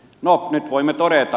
no nyt voimme todeta